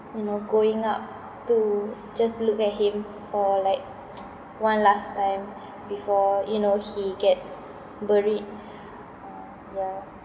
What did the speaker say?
you know going up to just look at him for like one last time before you know he gets buried uh ya